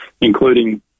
including